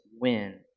win